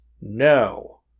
no